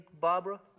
Barbara